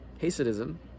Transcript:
Hasidism